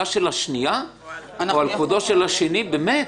של השנייה או על כבודו של השני באמת.